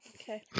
okay